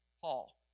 Paul